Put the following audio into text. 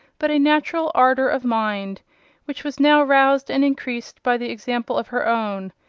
but a natural ardour of mind which was now roused and increased by the example of her own,